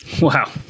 Wow